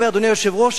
אדוני היושב-ראש,